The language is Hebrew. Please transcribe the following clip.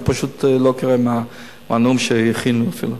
אני פשוט לא קורא מהנאום שהכינו אפילו.